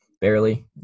barely